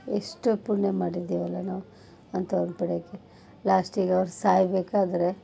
ಎಷ್ಟು ಪುಣ್ಯ ಮಾಡಿದೀವಲ್ಲಾ ನಾವು ಅಂಥವ್ರನ್ನು ಪಡೆಯೋಕೆ ಲಾಸ್ಟಿಗೆ ಅವ್ರು ಸಾಯಬೇಕಾದ್ರೆ